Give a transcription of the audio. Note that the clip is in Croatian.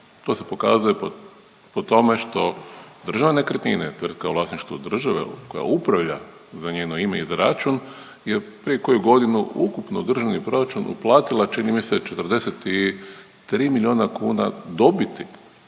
To se pokazuje po tome što Državne nekretnine, tvrtka u vlasništvu države koja upravlja za njeno ime i za račun je prije koju godinu ukupno u državni proračun uplatila, čini mi se, 43 milijuna kuna dobiti,